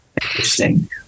Interesting